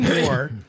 more